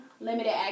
limited